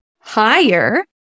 higher